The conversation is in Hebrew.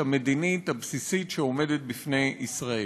המדינית הבסיסית שעומדת בפני ישראל,